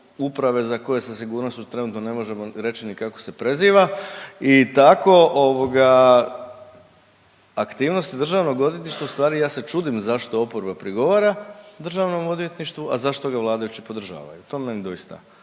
uprave za koje sa sigurnošću trenutno ne možemo reći ni kako se preziva i tako, ovoga, aktivnosti DORH-a, ustvari ja se čudim zašto oporba prigovara DORH-u, a zašto ga vladajući podržavaju, to meni doista